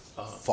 (uh huh)